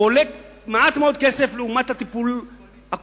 הוא עולה מעט מאוד כסף לעומת הטיפול הקורטיבי.